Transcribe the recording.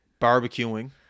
barbecuing